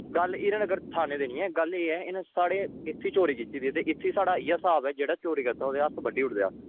गल्ल हीरानगर थाने दी निं ऐ गल्ल एह् साढ़े इत्थेै चोरी कीती दी ते साढ़े इत्थें इयै स्हाब ऐ कि कोई चोरी करदा ते ओह्दे हत्थ बड्डी ओड़दा